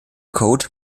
code